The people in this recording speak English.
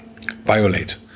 violate